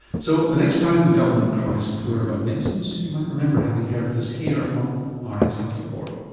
so the next time the government cries poor about medicines, you might remember having heard this here on ah rn's health report